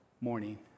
morning